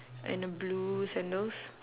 and a blue sandals